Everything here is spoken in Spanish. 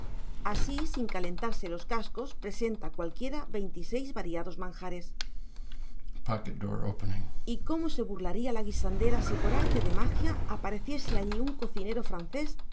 así sin calentarse los cascos presenta cualquiera veintiséis variados manjares y cómo se burlaría la guisandera si por arte de magia apareciese allí un cocinero francés